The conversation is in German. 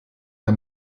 der